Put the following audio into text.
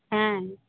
হ্যাঁ